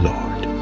Lord